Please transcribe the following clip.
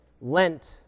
Lent